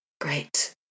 Great